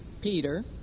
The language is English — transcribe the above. Peter